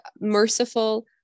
merciful